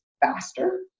faster